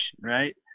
right